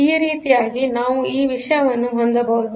ಈ ರೀತಿಯಾಗಿ ನಾವು ಈ ವಿಷಯವನ್ನು ಹೊಂದಬಹುದು